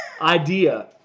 idea